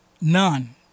none